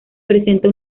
presenta